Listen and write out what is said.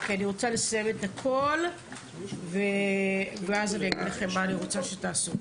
כי אני רוצה לסיים את הכל ואז אני אגיד לכם מה אני רוצה שתעשו.